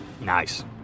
Nice